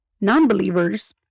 Non-believers